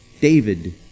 David